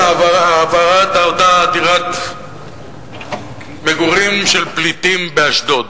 הבערת אותה דירת מגורים של פליטים באשדוד.